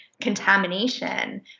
contamination